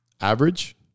average